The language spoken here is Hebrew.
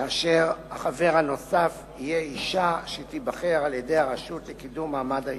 כאשר החבר הנוסף יהיה אשה שתיבחר על-ידי הרשות לקידום מעמד האשה.